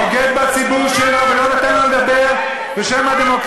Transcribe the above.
אתה בוגד בציבור החרדי באמריקה שאתה בא ממנו.